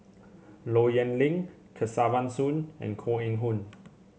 Low Yen Ling Kesavan Soon and Koh Eng Hoon